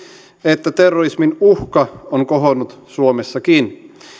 että terrorismin uhka on kohonnut suomessakin